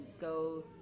go